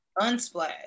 Unsplash